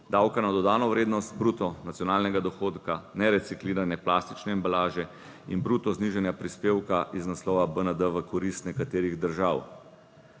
davka na dodano vrednost, bruto nacionalnega dohodka, nereciklirane plastične embalaže in bruto znižanja prispevka iz naslova BND v korist nekaterih držav.